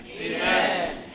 Amen